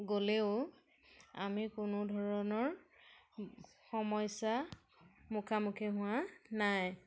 গ'লেও আমি কোনো ধৰণৰ সমস্যা মুখামুখি হোৱা নাই